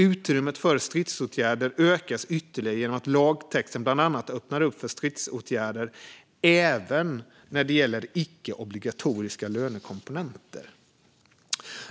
Utrymmet för stridsåtgärder ökar ytterligare genom att lagtexten bland annat öppnar för stridsåtgärder även när det gäller icke-obligatoriska lönekomponenter.